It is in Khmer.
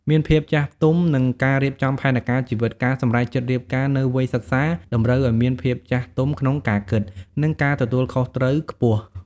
មានភាពចាស់ទុំ និងការរៀបចំផែនការជីវិត ការសម្រេចចិត្តរៀបការនៅវ័យសិក្សាតម្រូវឱ្យមានភាពចាស់ទុំក្នុងការគិត និងការទទួលខុសត្រូវខ្ពស់។